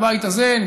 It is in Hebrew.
בבית הזה,